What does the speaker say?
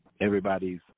everybody's